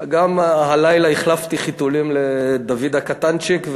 גם הלילה החלפתי חיתולים לדוד הקטנצ'יק,